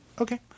Okay